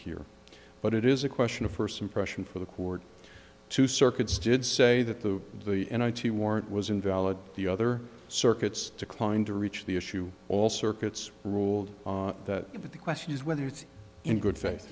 here but it is a question of first impression for the court two circuits did say that the the n i t warrant was invalid the other circuits declined to reach the issue all circuits ruled that but the question is whether it's in good faith